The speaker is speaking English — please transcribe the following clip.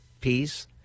peace